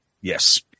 Yes